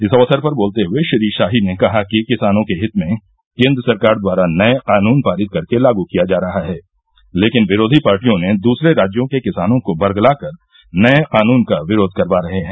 इस अवसर पर बोलते हुए श्री शाही ने कहा कि किसानों के हित में केंद्र सरकार द्वारा नए कानून पारित करके लागू किया जा रहा है लेकिन विरोधी पार्टियों ने दूसरे राज्यों के किसानों को बरगला कर नए कानून का विरोध करवा रहे हैं